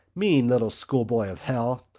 mean little school-boy of hell!